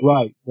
Right